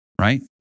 Right